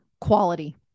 quality